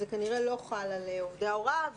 זה כנראה לא חל על עובדי ההוראה.